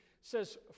says